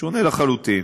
שונה לחלוטין.